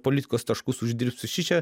politikos taškus uždirbsiu šičia